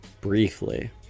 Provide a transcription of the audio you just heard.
Briefly